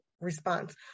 response